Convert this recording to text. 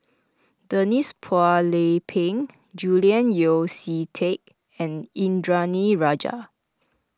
Denise Phua Lay Peng Julian Yeo See Teck and Indranee Rajah